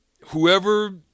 whoever